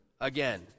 again